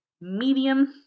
medium